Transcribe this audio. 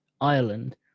Ireland